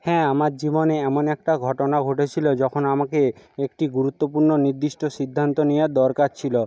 হ্যাঁ আমার জীবনে এমন একটা ঘটনা ঘটেছিলো যখন আমাকে একটি গুরুত্বপূর্ণ নির্দিষ্ট সিদ্ধান্ত নেওয়ার দরকার ছিলো